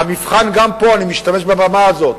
המבחן גם פה, אני משתמש בבמה הזאת,